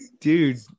dude